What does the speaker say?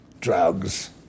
Drugs